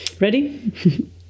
Ready